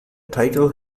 title